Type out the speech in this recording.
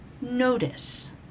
Notice